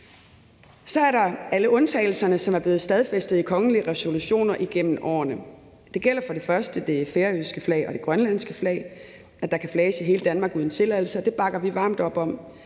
Så er der alle undtagelserne, som er blevet stadfæstet i kongelige resolutioner gennem årene. Det gælder det færøske flag og det grønlandske flag, som der kan flages med i hele Danmark uden tilladelse, og det bakker vi varmt op om.